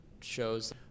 shows